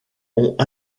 ont